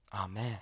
Amen